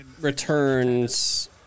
returns